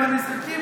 עם הנזקקים,